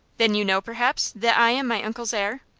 then, you know, perhaps, that i am my uncle's heir?